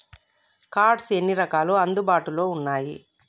Cards ఎన్ని రకాలు అందుబాటులో ఉన్నయి?